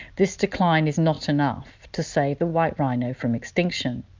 this decline is not enough to save the white rhino from extinction.